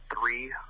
three